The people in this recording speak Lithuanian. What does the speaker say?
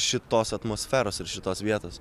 šitos atmosferos ir šitos vietos